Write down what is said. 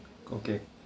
okay